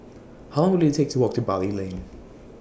How Long Will IT Take to Walk to Bali Lane